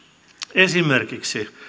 esimerkiksi